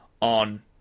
on